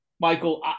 Michael